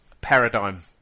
paradigm